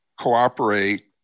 cooperate